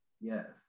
Yes